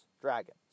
dragon